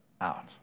out